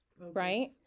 right